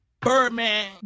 Birdman